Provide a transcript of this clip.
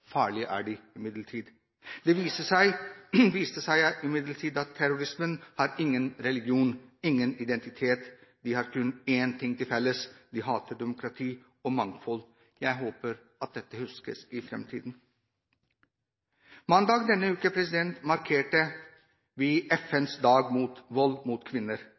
er de imidlertid. Det har imidlertid vist seg at terrorisme har ingen religion, ingen identitet. Terrorister har kun én ting felles: De hater demokrati og mangfold. Jeg håper at dette huskes i framtiden. Mandag denne uken markerte vi FNs dag mot vold mot kvinner.